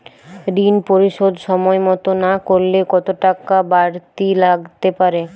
ঋন পরিশোধ সময় মতো না করলে কতো টাকা বারতি লাগতে পারে?